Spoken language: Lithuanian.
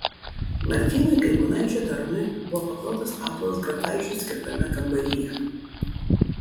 martynui kaip ponaičio tarnui buvo paklotas patalas grafaičiui skirtame kambaryje